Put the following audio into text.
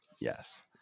yes